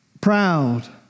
Proud